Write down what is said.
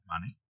money